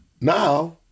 now